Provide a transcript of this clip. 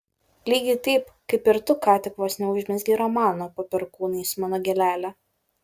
lygiai taip kaip ir tu ką tik vos neužmezgei romano po perkūnais mano gėlele